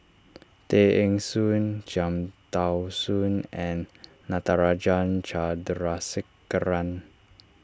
Tay Eng Soon Cham Tao Soon and Natarajan Chandrasekaran